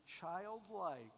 childlike